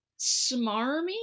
smarmy